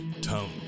Tone